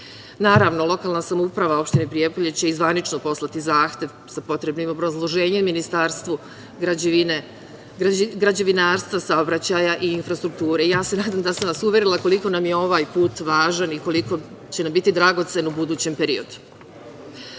ime. Naravno, lokalna samouprava opštine Prijepolje će i zvanično poslati zahtev sa potrebnim obrazloženjem Ministarstvu građevinarstva, saobraćaja i infrastrukture. Ja se nadam da sam vas uverila koliko nam je ovaj put važan i koliko će nam biti dragocen u budućem periodu. Sporazum